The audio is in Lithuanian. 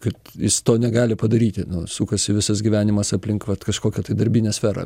kad jis to negali padaryti sukasi visas gyvenimas aplink vat kažkokią tai darbinę sferą